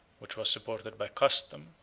which was supported by custom,